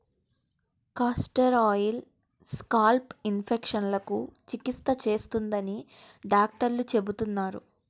castor oil scalp ఇన్ఫెక్షన్లకు చికిత్స చేస్తుందని డాక్టర్లు చెబుతున్నారు